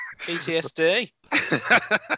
PTSD